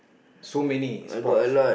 so many sports